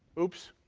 oops,